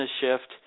shift